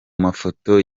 mafoto